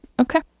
okay